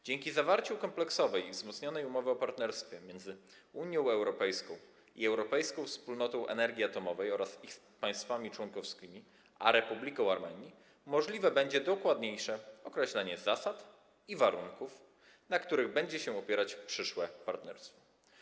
Dzięki zawarciu kompleksowej i wzmocnionej umowy o partnerstwie między Unią Europejską i Europejską Wspólnotą Energii Atomowej oraz ich państwami członkowskimi a Republiką Armenii możliwe będzie dokładniejsze określenie zasad i warunków, na których będzie się opierać przyszłe partnerstwo.